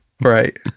right